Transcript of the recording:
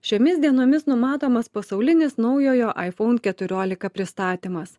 šiomis dienomis numatomas pasaulinis naujojo iphone keturiolika pristatymas